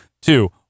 two